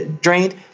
drained